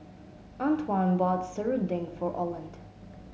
Antwan bought Serunding for Orland